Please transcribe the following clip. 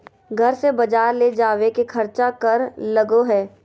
घर से बजार ले जावे के खर्चा कर लगो है?